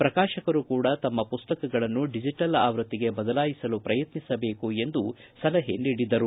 ಪ್ರಕಾಶಕರೂ ಕೂಡ ತಮ್ಮ ಮಸ್ತಕಗಳನ್ನು ಡಿಜಿಟಲ್ ಆವೃತ್ತಿಗೆ ಬದಲಾಯಿಸಲು ಪ್ರಯತ್ನಿಸಬೇಕು ಎಂದು ಸಲಹೆ ನೀಡಿದರು